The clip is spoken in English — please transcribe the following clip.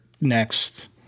next